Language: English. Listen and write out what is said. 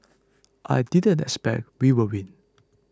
I didn't expect we would win